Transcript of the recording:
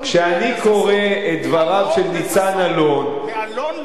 כשאני קורא את דבריו של ניצן אלון, מאלון לששון.